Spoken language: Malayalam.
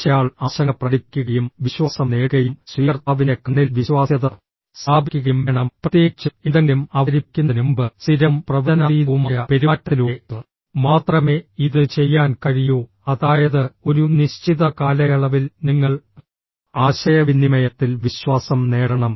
അയച്ചയാൾ ആശങ്ക പ്രകടിപ്പിക്കുകയും വിശ്വാസം നേടുകയും സ്വീകർത്താവിന്റെ കണ്ണിൽ വിശ്വാസ്യത സ്ഥാപിക്കുകയും വേണം പ്രത്യേകിച്ചും എന്തെങ്കിലും അവതരിപ്പിക്കുന്നതിന് മുമ്പ് സ്ഥിരവും പ്രവചനാതീതവുമായ പെരുമാറ്റത്തിലൂടെ മാത്രമേ ഇത് ചെയ്യാൻ കഴിയൂ അതായത് ഒരു നിശ്ചിത കാലയളവിൽ നിങ്ങൾ ആശയവിനിമയത്തിൽ വിശ്വാസം നേടണം